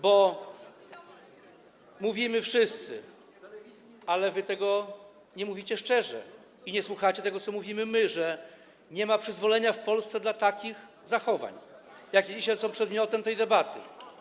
Bo mówimy wszyscy - ale wy tego nie mówicie szczerze i nie słuchacie tego, co my mówimy - że nie ma przyzwolenia w Polsce dla takich zachowań, jakie dzisiaj są przedmiotem tej debaty.